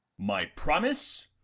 my promise?